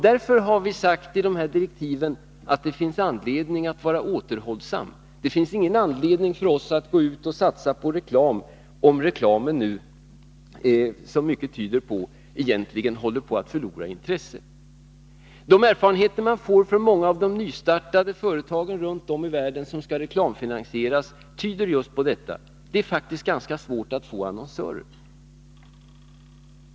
Därför har vi sagt i direktiven att det finns anledning att vara återhållsam. Det finns ingen anledning för oss att gå ut och satsa på reklam, om man — vilket mycket tyder på — håller på att förlora intresset för reklamen. De erfarenheter som man har av de många nystartade företagen runt om i världen, vilka skall reklamfinansieras, tyder just på detta. Det är faktiskt ganska svårt att få annonsörer.